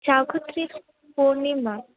पौर्णिमा